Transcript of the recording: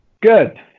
Good